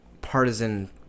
partisan